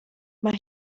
mae